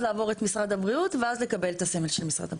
לעבור את משרד הבריאות ואז לקבל את הסמל של משרד הבריאות.